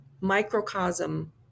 microcosm